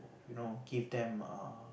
you know give them err